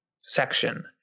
section